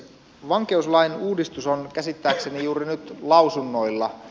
vankeuslain uudistus on käsittääkseni juuri nyt lausunnoilla